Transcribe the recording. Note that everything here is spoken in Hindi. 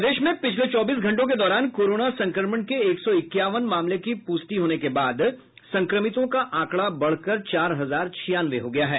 प्रदेश में पिछले चौबीस घंटों के दौरान कोरोना संक्रमण के एक सौ इक्यावन मामले की पुष्टि होने के बाद संक्रमितों का आंकड़ा बढ़कर चार हजार छियानवे हो गया है